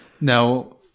Now